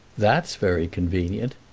that's very convenient!